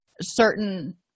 certain